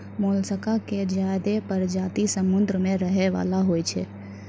मोलसका के ज्यादे परजाती समुद्र में रहै वला होय छै